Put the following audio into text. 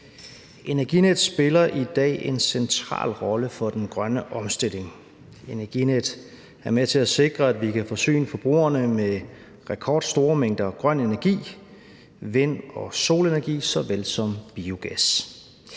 Energinet spiller i dag en central rolle for den grønne omstilling. Energinet er med til at sikre, at vi kan forsyne forbrugerne med rekordstore mængder grøn energi, vind- og solenergi såvel som biogas.